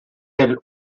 del